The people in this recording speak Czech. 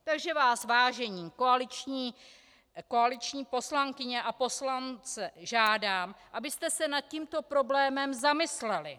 Takže vás, vážené koaliční poslankyně a poslanci, žádám, abyste se nad tímto problémem zamysleli.